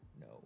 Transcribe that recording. No